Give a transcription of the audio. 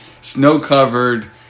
snow-covered